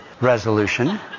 resolution